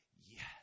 yes